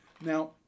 Now